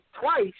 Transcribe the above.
twice